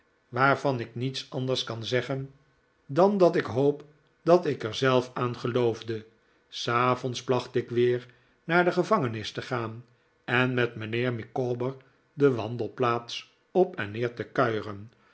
waarvan ik niets anders kan zeggen dan dat ik hoop dat ik er zelf aan geloofde s avonds placht ik weer naar de gevangenis te gaan en met mijnheer micawber de wandelplaats op en neer te kuieren